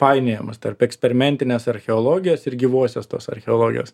painiojamas tarp eksperimentinės archeologijos ir gyvosios tos archeologijos